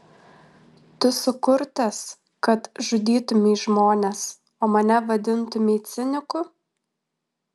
tu sukurtas kad žudytumei žmones o mane vadintumei ciniku